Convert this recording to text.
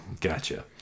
Gotcha